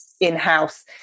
in-house